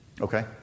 Okay